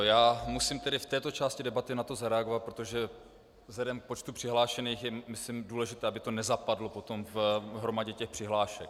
Já musím v této části debaty na to zareagovat, protože vzhledem k počtu přihlášených je myslím důležité, aby to nezapadlo v hromadě přihlášek.